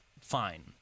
fine